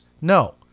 no